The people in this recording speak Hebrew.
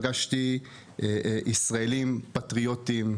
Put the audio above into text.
שיש לנו אחריות נוספת,